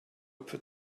put